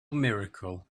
miracle